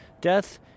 Death